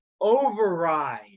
override